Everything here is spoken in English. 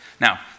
Now